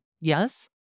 Yes